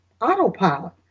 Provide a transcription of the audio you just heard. autopilot